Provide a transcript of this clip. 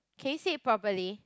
can you sit it properly